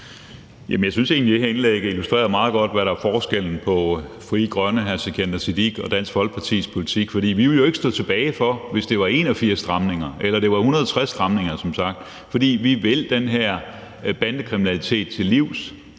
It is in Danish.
Jeg synes egentlig, at det her indlæg meget godt illustrerer, hvad der er forskellen på Frie Grønne, hr. Sikandar Siddique, og Dansk Folkepartis politik. For vi ville ikke stå tilbage for det, hvis det var 81 stramninger, eller hvis det som sagt var 160 stramninger, for vi vil den her bandekriminalitet til livs,